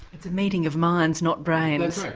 it's a meeting of minds not brains.